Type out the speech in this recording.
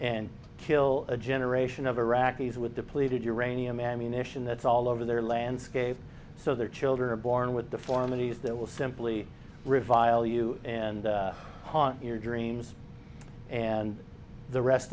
and kill a generation of iraqis with depleted uranium ammunition that's all over their landscape so their children are born with deformities that will simply revile you and haunt your dreams and the rest